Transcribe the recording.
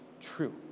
true